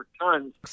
tons